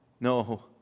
no